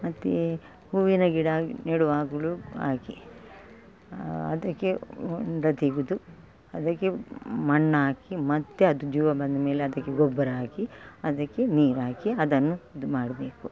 ಮತ್ತೆ ಹೂವಿನ ಗಿಡ ನೆಡುವಾಗಲು ಹಾಗೆ ಅದಕ್ಕೆ ಹೊಂಡ ತೆಗೆದು ಅದಕ್ಕೆ ಮಣ್ಣಾಕಿ ಮತ್ತೆ ಅದು ಜೀವ ಬಂದಮೇಲೆ ಮತ್ತೆ ಅದಕ್ಕೆ ಗೊಬ್ಬರ ಹಾಕಿ ಅದಕ್ಕೆ ನೀರಾಕಿ ಅದನ್ನು ಇದುಮಾಡ್ಬೇಕು